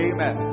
Amen